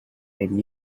and